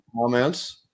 comments